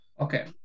okay